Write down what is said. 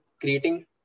creating